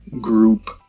Group